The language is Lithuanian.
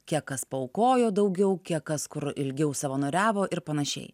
kiek kas paaukojo daugiau kiek kas kur ilgiau savanoriavo ir panašiai